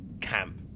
camp